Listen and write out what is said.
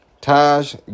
Taj